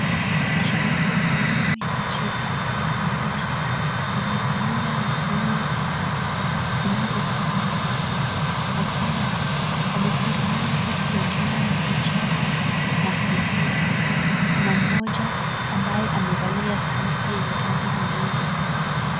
Mashabiki wa timu ya mchezo ya Gor Mahia wamevalia nguo zinazofanana na tena wamefurahia huku wengine wakicheka na kuruka. Kuna mmoja ambaye amevalia suti yenye rangi nyeupe.